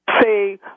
Say